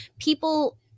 people